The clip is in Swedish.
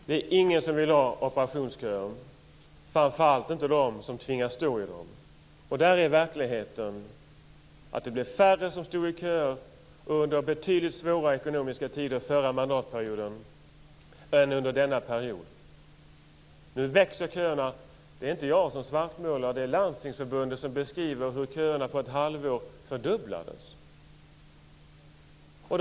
Fru talman! Det är ingen som vill ha operationsköer, framför allt inte de som tvingas stå i dem. Verkligheten är den att det blev färre som stod i köer under betydligt svårare ekonomiska tider den förra mandatperioden än under denna period. Nu växer köerna. Det är inte jag som svartmålar. Det är Landstingsförbundet som beskriver hur köerna fördubblades på ett halvår.